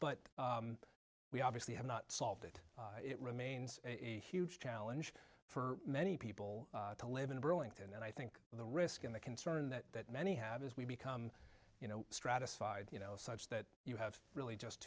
but we obviously have not solved it it remains a huge challenge for many people to live in burlington and i think the risk and the concern that many have is we become you know stratified you know such that you have really just